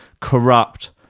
corrupt